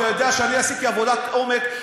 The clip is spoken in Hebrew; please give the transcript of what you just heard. אתה יודע שאני עשיתי עבודת עומק.